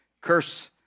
curse